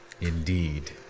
Indeed